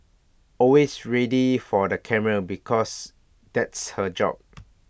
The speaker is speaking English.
always ready for the camera because that's her job